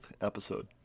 episode